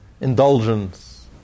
indulgence